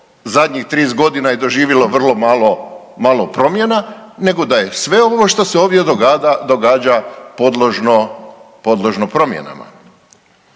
zadnjih 30 godina i doživjelo vrlo malo, malo promjena nego da je sve ovo što se ovdje događa podložno, podložno